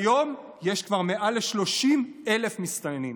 כיום יש כבר מעל ל-30,000 מסתננים,